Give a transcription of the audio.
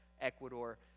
Ecuador